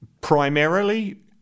Primarily